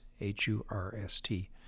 H-U-R-S-T